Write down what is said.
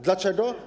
Dlaczego?